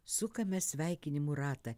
sukame sveikinimų ratą